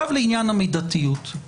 לעניין המידתיות.